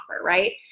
right